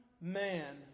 man